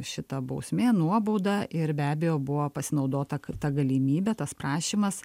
šita bausmė nuobauda ir be abejo buvo pasinaudota kad ta galimybe tas prašymas